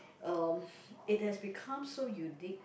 um it has become so unique